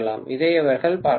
இதை அவர்கள் பார்ப்பார்கள்